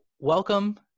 Welcome